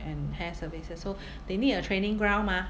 and hair services so they need a training ground mah